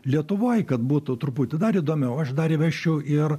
lietuvoj kad būtų truputį dar įdomiau aš dar įvesčiau ir